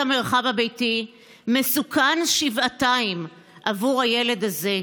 המרחב הביתי מסוכנים שבעתיים עבור הילד הזה.